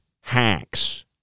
hacks